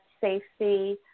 safety